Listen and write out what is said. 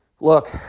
look